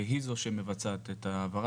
היא זו שמבצעת את ההעברה,